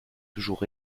toujours